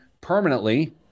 permanently